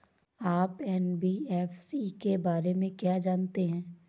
आप एन.बी.एफ.सी के बारे में क्या जानते हैं?